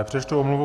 Přečtu omluvu.